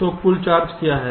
तो कुल चार्ज क्या है